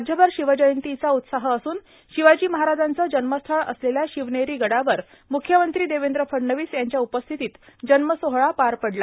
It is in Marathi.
राज्यभर शिवजयंतीचा उत्साह असून शिवाजी महाराजांचं जन्मस्थळ असलेल्या शिवनेरी गडावर म्ख्यमंत्री देवेंद्र फडणवीस यांच्या उपस्थितीत जन्मसोहळा पार पडला